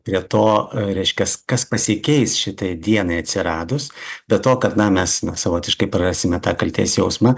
prie to reiškias kas pasikeis šitai dienai atsiradus be to kad na mes savotiškai prarasime tą kaltės jausmą